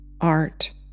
art